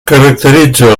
caracteritza